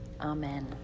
Amen